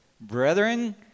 Brethren